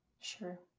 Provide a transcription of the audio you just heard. Sure